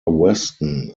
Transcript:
weston